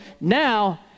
now